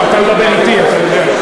לא, אתה מדבר אתי, אתה יודע.